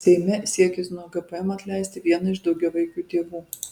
seime siekis nuo gpm atleisti vieną iš daugiavaikių tėvų